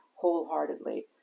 wholeheartedly